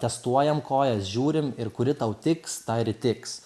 testuojam kojas žiūrim ir kuri tau tiks ta ir tiks